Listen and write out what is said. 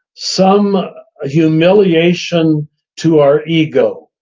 some humiliation to our ego,